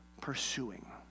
pursuing